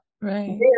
Right